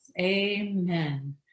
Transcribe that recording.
amen